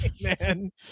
man